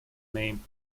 name